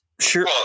Sure